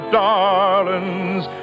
darlings